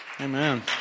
Amen